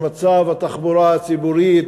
ממצב התחבורה הציבורית,